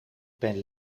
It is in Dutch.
ben